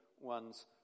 ones